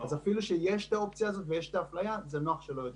אז אפילו שיש את האופציה הזאת ויש את האפליה זה נוח שלא יודעים.